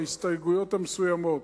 בהסתייגויות המסוימות.